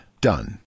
Done